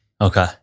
Okay